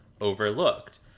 overlooked